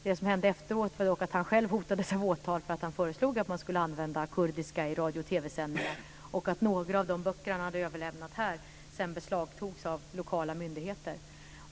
Det som hände efteråt var att han själv hotades av åtal för att han hade föreslagit att kurdiska skulle användas i radio och TV-sändningar. Några av de böcker han överlämnade här beslagtogs senare av lokala myndigheter.